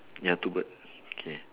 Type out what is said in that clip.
ya two bird K